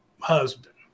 husband